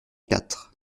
quatre